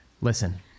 Listen